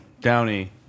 Downey